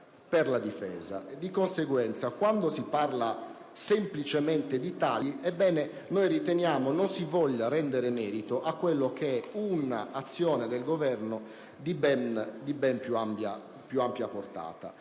Di conseguenza, quando si parla semplicemente di tagli, ebbene, noi riteniamo non si voglia rendere merito ad un'azione del Governo di ben più ampia portata.